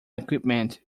equipment